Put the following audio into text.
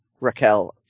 Raquel